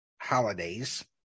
holidays